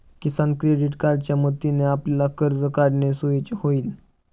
किसान credit कार्डच्या मदतीने आपल्याला कर्ज काढणे सोयीचे होईल